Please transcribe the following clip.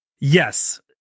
Yes